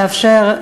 לאפשר,